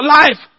life